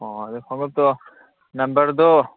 ꯑꯣ ꯑꯗꯨ ꯈꯣꯡꯎꯞꯇꯣ ꯅꯝꯕꯔꯗꯣ